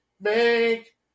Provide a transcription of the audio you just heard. make